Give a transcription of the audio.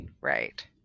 right